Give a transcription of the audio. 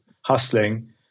hustling